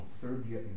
Serbia